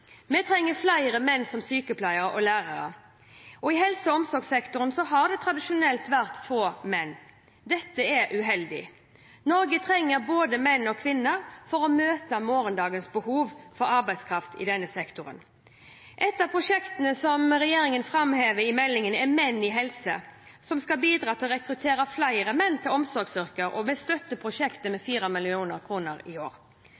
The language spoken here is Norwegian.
Vi trenger flere menn som er sykepleiere og lærere. I helse- og omsorgssektoren har det tradisjonelt vært få menn. Dette er uheldig. Norge trenger både menn og kvinner for å møte morgendagens behov for arbeidskraft i denne sektoren. Et av prosjektene regjeringen framhever i meldingen, er Menn i helse, som skal bidra til å rekruttere flere menn til omsorgsyrker. Vi støtter prosjektet med 4 mill. kr i år.